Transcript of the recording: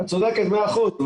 את צודקת מאה אחוז.